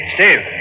Steve